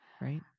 Right